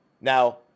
now